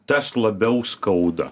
tas labiau skauda